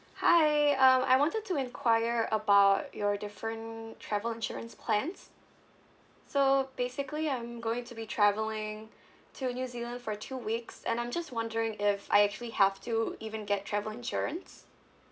hi um I wanted to enquire about your different travel insurance plans so basically I'm going to be travelling to new zealand for two weeks and I'm just wondering if I actually have to even get travel insurance